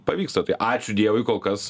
pavyksta tai ačiū dievui kol kas